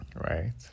Right